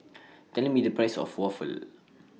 Tell Me The Price of Waffle